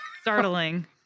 startling